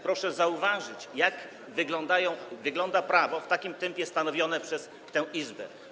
Proszę zauważyć, jak wygląda prawo w takim tempie stanowione przez tę Izbę.